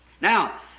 Now